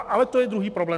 Ale to je druhý problém.